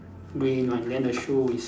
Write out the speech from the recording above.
green one then the shoes is